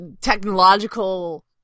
technological